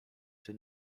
czy